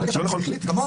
ברגע שהוא החליט, גמרנו.